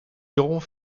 irons